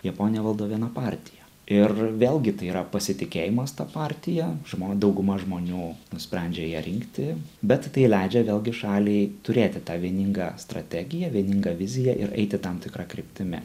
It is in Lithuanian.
japoniją valdo viena partija ir vėlgi tai yra pasitikėjimas ta partija žmo dauguma žmonių nusprendžia ją rinkti bet tai leidžia vėlgi šaliai turėti tą vieningą strategiją vieningą viziją ir eiti tam tikra kryptimi